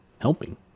helping